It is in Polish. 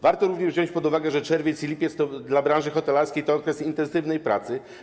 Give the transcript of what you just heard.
Warto również wziąć pod uwagę, że czerwiec i lipiec to dla branży hotelarskiej okres intensywnej pracy.